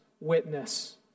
Witness